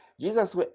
Jesus